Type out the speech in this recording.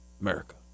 America